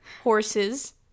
horses